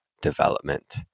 development